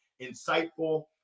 insightful